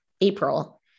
April